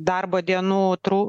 darbo dienų tru